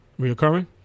Reoccurring